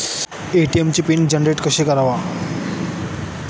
ATM कार्डचे PIN generation कसे करायचे?